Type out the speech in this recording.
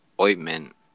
ointment